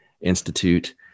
Institute